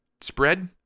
spread